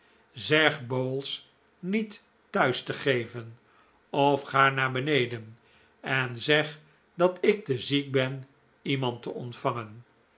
zeg bowls niet thuis te geven of ga naar beneden en zeg dat ik te ziek ben iemand te ontvangen